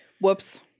Whoops